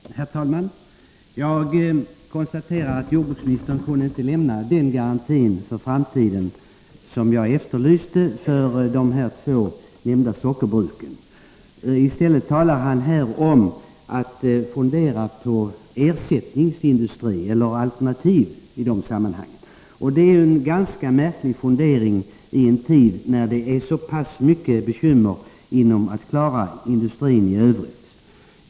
Herr talman! Jag konstaterar att jordbruksministern inte kunde lämna den garanti för framtiden som jag efterlyste för de två nämnda sockerbruken. I stället talar han här om ersättningsindustri och alternativ produktion. Det är en ganska märklig fundering i en tid då vi har så pass mycket bekymmer med att klara industrin i övrigt.